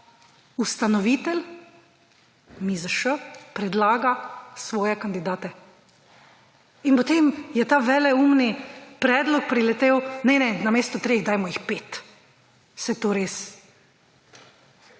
ustanovitelj MIZŠ predlaga svoje kandidate in potem je ta veleumni predlog priletel »ne, ne, namesto treh dajmo jih pet«, saj to res,